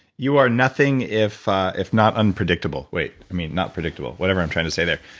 you are nothing if if not unpredictable. wait, i mean not predictable. whatever i'm trying to say there.